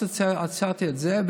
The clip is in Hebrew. אז עצרתי את זה,